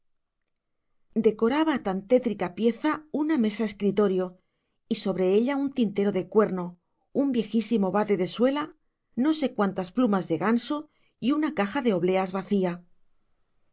decoraba tan tétrica pieza una mesa-escritorio y sobre ella un tintero de cuerno un viejísimo bade de suela no sé cuántas plumas de ganso y una caja de obleas vacía